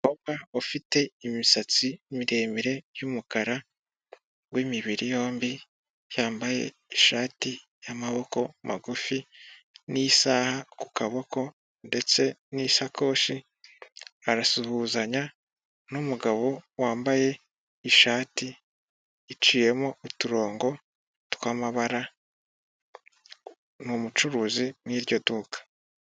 Umukobwa ufite imisatsi miremire y'umukara w'imibiri yombi yambaye ishati y'amaboko magufi nisaha kukaboko, ndetse nisakoshi arasuhuzanya n'umugabo wambaye ishati iciyemo uturongo twamabara n'umucuruzi mw'iryo duka.